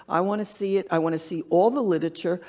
i want to see it. i want to see all the literature.